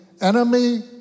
enemy